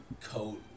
coat